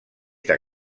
que